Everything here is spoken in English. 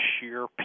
sheer